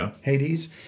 Hades